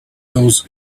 those